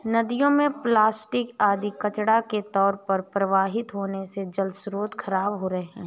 नदियों में प्लास्टिक आदि कचड़ा के तौर पर प्रवाहित होने से जलस्रोत खराब हो रहे हैं